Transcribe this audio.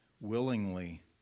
willingly